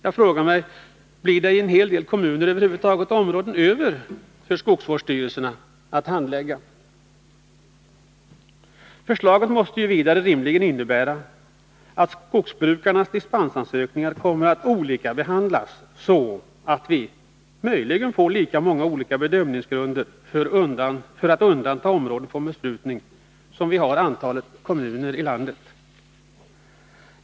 Jag frågar mig: Blir det i en hel del kommuner över huvud taget områden över för skogsvårdsstyrelserna att handlägga? Det socialdemokratiska förslaget måste vidare rimligen innebära att skogsbrukarnas dispensansökningar kommer att olikabehandlas, vilket möjligen kan leda till att vi får lika många olika bedömningsgrunder för att undanta områden från besprutning som vi har antal kommuner i landet.